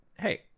hey